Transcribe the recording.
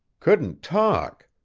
couldn't talk!